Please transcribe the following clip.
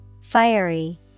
Fiery